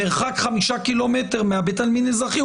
במרחק 5 ק"מ מבית העלמין האזרחי,